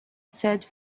said